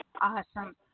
Awesome